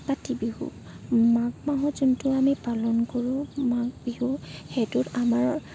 কাতি বিহু মাঘ মাহত যোনটো আমি পালন কৰোঁ মাঘ বিহু সেইটোত আমাৰ